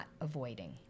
avoiding